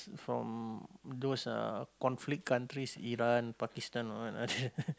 from those uh conflict countries Iran Pakistan or what ah